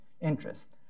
interest